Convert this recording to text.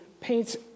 paints